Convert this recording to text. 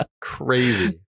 Crazy